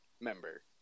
member